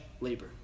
labor